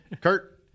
Kurt